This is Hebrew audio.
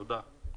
תודה.